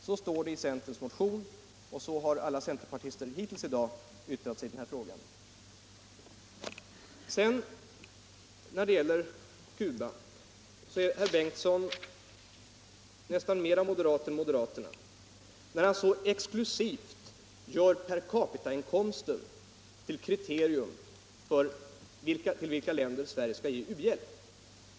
Så står det i centerns motion och så har alla centerpartister hittills i dag yttrat sig i den här frågan. I fråga om Cuba är herr Bengtson nästan mer moderat än moderaterna, när han så exklusivt gör per capita-inkomsten till kriterium för till vilka länder Sverige skall ge u-hjälp.